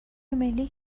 ملی